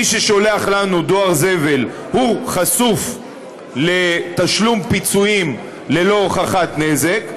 מי ששולח לנו דואר זבל חשוף לתשלום פיצויים ללא הוכחת נזק,